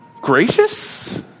gracious